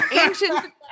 ancient